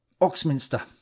oxminster